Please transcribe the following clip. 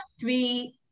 three